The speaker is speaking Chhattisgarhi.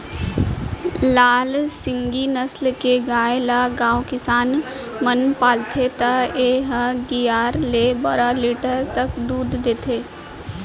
लाल सिंघी नसल के गाय ल गॉँव किसान मन पालथे त ए ह गियारा ले बारा लीटर तक दूद देथे